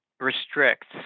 restricts